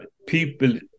people